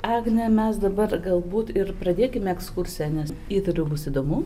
agnė mes dabar galbūt ir pradėkim ekskursiją nes įtariu bus įdomu